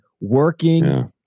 working